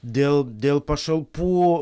dėl dėl pašalpų